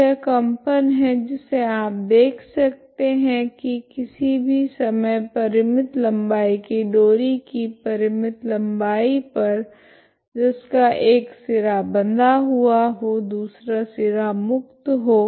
तो यह कंपन है जिसे आप देख सकते है किसी भी समय परिमित लंबाई की डोरी की परिमित लंबाई पर जिसका एक सिरा बंधा हुआ हो दूसरा सिरा मुक्त हो